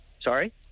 Sorry